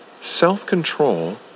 Self-control